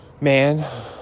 man